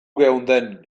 geunden